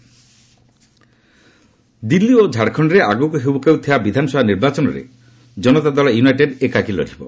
Nitish JDU Delhi ଓ ଝାଡ଼ଖଣ୍ଡରେ ଆଗକୁ ହେବାକୁ ଥିବା ବିଧନାସଭା ନିର୍ବାଚନରେ ଜନତା ଦଳ ୟୁନାଇଟେଡ୍ ଏକାକୀ ଲଢ଼ିବ